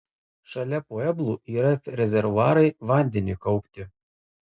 šalia pueblų yra rezervuarai vandeniui kaupti